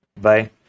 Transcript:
Bye